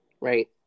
right